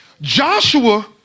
Joshua